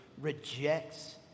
rejects